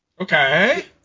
Okay